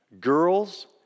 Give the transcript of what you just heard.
girls